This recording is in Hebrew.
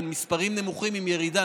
על מספרים נמוכים עם ירידה.